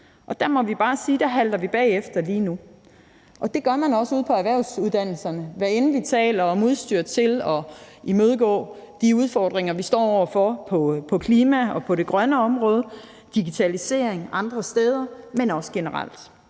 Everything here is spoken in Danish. Der må vi bare sige, at vi halter bagefter lige nu. Det gør man også ude på erhvervsuddannelserne, hvad enten vi taler om udstyr til at imødegå de udfordringer, vi står over for på klimaområdet og det grønne område, eller digitalisering andre steder, men også generelt.